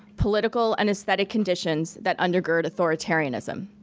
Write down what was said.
political, and aesthetic conditions that undergird authoritarianism.